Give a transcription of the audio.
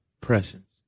presence